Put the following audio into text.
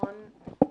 ביטחון לאומי,